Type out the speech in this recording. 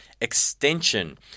extension